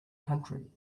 country